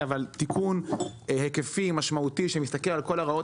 אבל תיקון היקפי ומשמעותי שמסתכל על כל הרעות